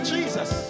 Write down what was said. Jesus